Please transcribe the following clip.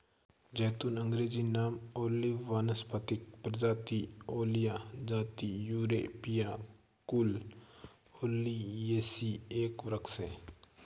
ज़ैतून अँग्रेजी नाम ओलिव वानस्पतिक प्रजाति ओलिया जाति थूरोपिया कुल ओलियेसी एक वृक्ष है